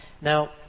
Now